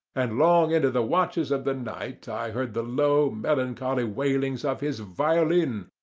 and long into the watches of the night i heard the low, melancholy wailings of his violin,